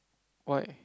why